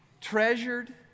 treasured